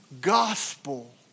gospel